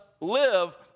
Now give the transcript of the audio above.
live